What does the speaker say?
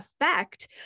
effect